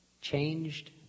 changed